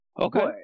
Okay